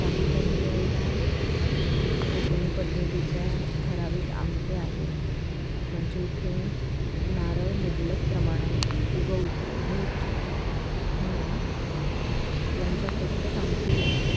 काही काही वेळेला कोकणी पद्धतीच्या ठराविक आमट्या आहेत म्हणजे इथे नारळ मुबलक प्रमाणात उगवतो मिळतो म्हणून यांच्या प्रत्येक आमटीला